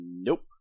Nope